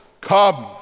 Come